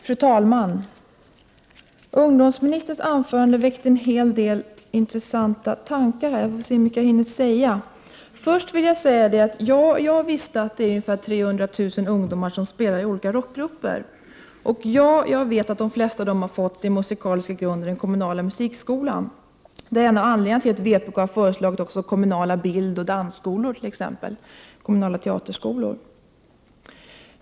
Fru talman! Ungdomsministerns anförande väckte en hel del intressanta tankar. Jag får se hur mycket jag hinner ta upp. Först vill jag säga att jag visste att ungefär 300 000 ungdomar spelar i olika rockgrupper. Jag vet att de flesta av dem har fått sin musikaliska grund i den kommunala musikskolan. Det är en av anledningarna till att vpk har föreslagit också kommunala bildoch dansskolor samt kommunala teaterskolor.